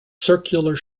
circular